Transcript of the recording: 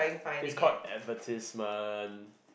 is called advertisement